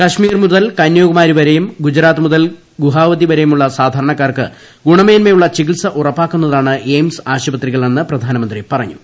കശ്മീർ മുതൽ കന്യാകുമാരിവരെയും ഗുജറാത്ത് മുതൽ ഗുവഹാത്തിവരെയുമുള്ള സാധാരണക്കാർക്ക് ഗുണമേന്മയുളള ചികിത്സ ഉറപ്പാക്കുന്നതാണ് എയിംസ് ആശുപത്രികളെന്ന് പ്രധാനമന്ത്രി പറഞ്ഞു